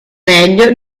meglio